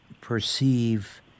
perceive